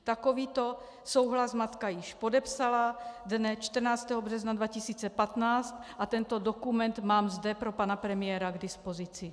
Takovýto souhlas matka již podepsala dne 14. března 2015 a tento dokument mám zde pro pana premiéra k dispozici.